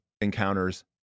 encounters